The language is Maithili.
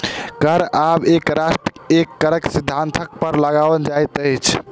कर आब एक राष्ट्र एक करक सिद्धान्त पर लगाओल जाइत अछि